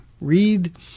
read